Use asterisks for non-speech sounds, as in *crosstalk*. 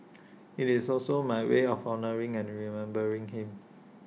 *noise* IT is also my way of honouring and remembering him